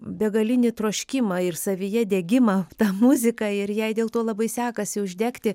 begalinį troškimą ir savyje degimą tą muziką ir jai dėl to labai sekasi uždegti